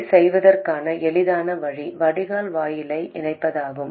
அதைச் செய்வதற்கான எளிதான வழி வடிகால் வாயிலை இணைப்பதாகும்